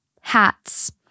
hats